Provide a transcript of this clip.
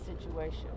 situation